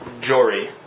Jory